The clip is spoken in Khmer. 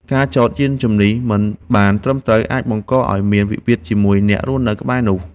ការចតយានជំនិះមិនបានត្រឹមត្រូវ អាចបង្កឱ្យមានវិវាទជាមួយអ្នករស់នៅក្បែរនោះ។